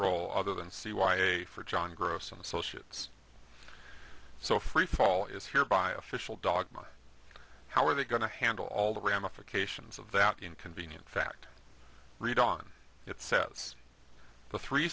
role other than c y a for john gross and associates so freefall is hereby official dogma how are they going to handle all the ramifications of that inconvenient fact read on it says the three